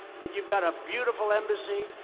but you've got a beautiful embassy.